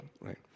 right